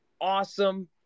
awesome